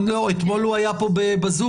אתמול הוא היה כאן ב-זום.